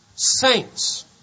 Saints